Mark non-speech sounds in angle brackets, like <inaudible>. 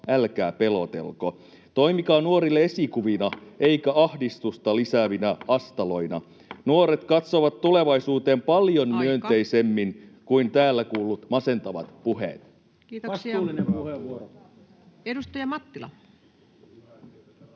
älkää pelotelko. Toimikaa nuorille esikuvina, älkää ahdistusta lisäävinä astaloina. <noise> Nuoret katsovat tulevaisuuteen paljon [Puhemies: Aika!] myönteisemmin kuin täällä kuullut masentavat puheet. Kiitoksia. — Edustaja Mattila.